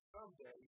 Someday